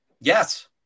Yes